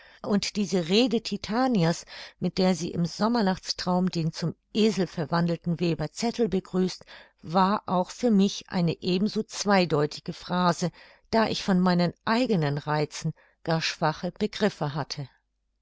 und diese rede titania's mit der sie im sommernachtstraum den zum esel verwandelten weber zettel begrüßt war auch für mich eine eben so zweideutige phrase da ich von meinen eigenen reizen gar schwache begriffe hatte